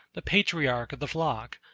the patriarch of the flock,